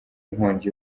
inkongi